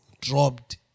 dropped